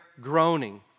groaning